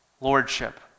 lordship